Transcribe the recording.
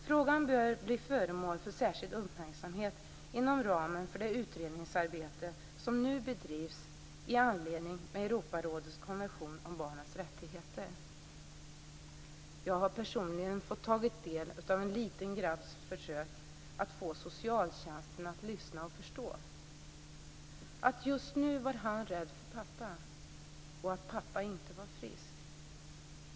Frågan bör bli föremål för särskild uppmärksamhet inom ramen för det utredningsarbete som nu bedrivs i anledning av Europarådets konvention om barnens rättigheter. Jag har personligen fått ta del av en liten grabbs försök att få socialtjänsten att lyssna och att förstå att just nu var han rädd för pappa och att pappa inte var frisk.